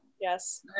yes